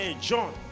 John